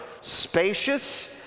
spacious